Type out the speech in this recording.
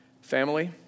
family